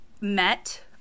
met